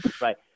right